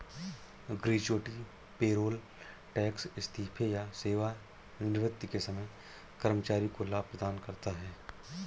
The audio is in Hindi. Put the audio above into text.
ग्रेच्युटी पेरोल टैक्स इस्तीफे या सेवानिवृत्ति के समय कर्मचारी को लाभ प्रदान करता है